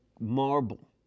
marble